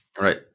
Right